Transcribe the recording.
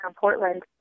Portland